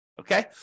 Okay